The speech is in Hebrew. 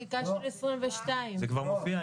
זה כבר בחקיקה של 2022. זה כבר מופיע.